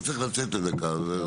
הוא צריך לצאת לדקה.